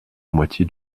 moitié